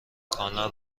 کانال